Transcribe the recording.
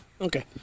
Okay